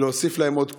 להוסיף להם עוד כוח,